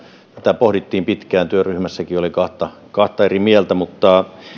tätä pohdittiin pitkään ja työryhmässäkin oli kahta kahta eri mieltä mutta